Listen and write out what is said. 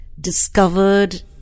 discovered